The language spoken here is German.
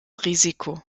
risiko